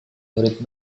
murid